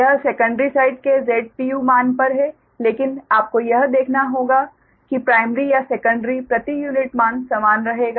यह secondary side के Z मान पर है लेकिन आपको यह देखना होगा कि प्राइमरी या सेकंडरी प्रति यूनिट मान समान रहेगा